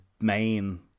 main